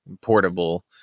portable